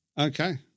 Okay